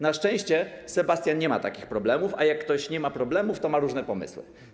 Na szczęście Sebastian nie ma takich problemów, a jak ktoś nie ma problemów, to ma różne pomysły.